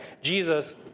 Jesus